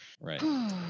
Right